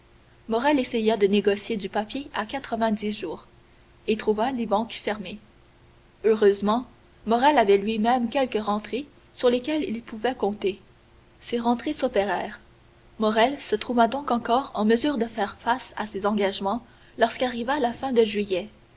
essaya de négocier du papier à quatre-vingt-dix jours et trouva les banques fermées heureusement morrel avait lui-même quelques rentrées sur lesquelles il pouvait compter ces rentrées s'opérèrent morrel se trouva donc encore en mesure de faire face à ses engagements lorsque arriva la fin de juillet